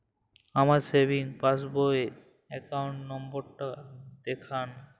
আমার savings passbook র account number টা দেখান?